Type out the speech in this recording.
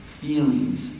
feelings